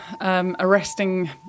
arresting